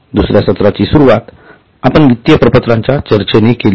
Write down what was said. दुसर्या सत्राची सुरुवात आपण वित्तीय प्रपत्रांच्या चर्चेने केली